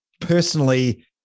personally